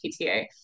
PTA